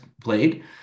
played